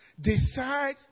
Decide